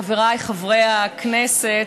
חבריי חברי הכנסת,